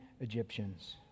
Egyptians